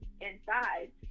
inside